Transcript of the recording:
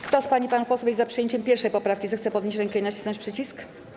Kto z pań i panów posłów jest za przyjęciem 1. poprawki, zechce podnieść rękę i nacisnąć przycisk.